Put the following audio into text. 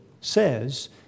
says